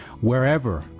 Wherever